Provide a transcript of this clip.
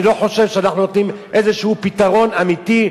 אני לא חושב שאנחנו נותנים איזה פתרון אמיתי,